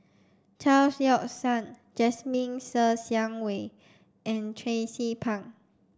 Chao Yoke San Jasmine Ser Xiang Wei and Tracie Pang